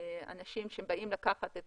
אנשים שבאים לקחת את